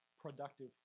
productive